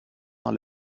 dans